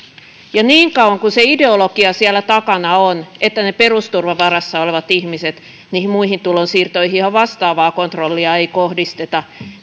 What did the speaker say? niin kauan kuin se ideologia ja oletus siellä takana on että ne perusturvan varassa olevat ihmiset ne köyhät muihin tulonsiirtoihinhan vastaavaa kontrollia ei kohdisteta